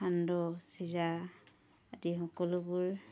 সান্দহ চিৰা আদি সকলোবোৰ